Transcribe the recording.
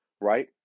right